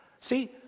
See